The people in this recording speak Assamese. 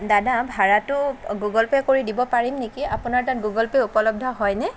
দাদা ভাড়াটো গুগল পে' কৰি দিব পাৰিম নেকি আপোনাৰ তাত গুগল পে' উপলব্ধ হয় নে